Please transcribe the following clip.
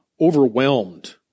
overwhelmed